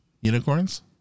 Unicorns